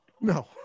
No